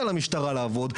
לגיטימציה למשטרה לעבוד,